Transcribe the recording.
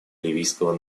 ливийского